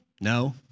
No